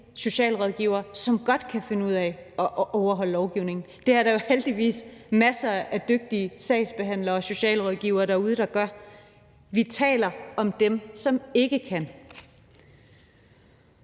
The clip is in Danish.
som godt kan finde ud af at overholde lovgivningen. Det er der heldigvis masser af dygtige sagsbehandlere og socialrådgivere derude der gør. Vi taler om dem, som ikke kan.